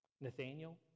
Nathaniel